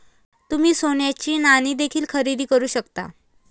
तुम्ही सोन्याची नाणी देखील खरेदी करू शकता